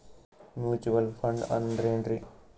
Mutual fund ಅಂದ್ರೆನ್ರಿ?